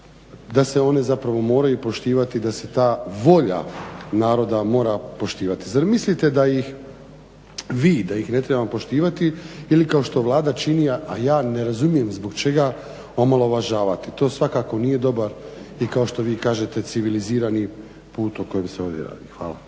da se one zapravo moraju poštivati da se ta volja naroda mora poštivati. Zar mislite da ih vi da ih ne trebamo poštivati ili kao što Vlada čini a ja ne razumijem zbog čega omalovažavati, to svakako nije dobar i kao što vi kažete civilizirani put o kojem se ovdje radi. Hvala.